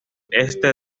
este